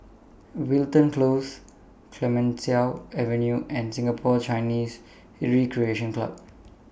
Wilton Close Clemenceau Avenue and Singapore Chinese Recreation Club